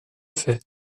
fait